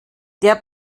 der